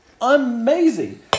Amazing